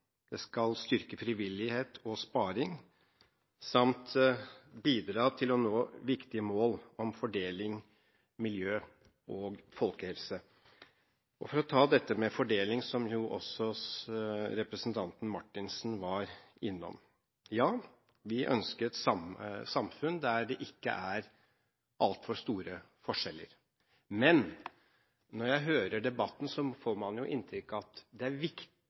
det skal styrke frivillighet og sparing samt bidra til å nå viktige mål om fordeling, miljø og folkehelse. For å ta dette med fordeling, som også representanten Marthinsen var innom: Ja, vi ønsker et samfunn der det ikke er altfor store forskjeller. Men når man hører debatten, får man inntrykk av at det viktigste er